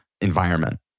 environment